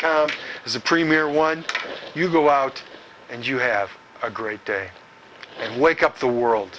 s is a premier one you go out and you have a great day and wake up the world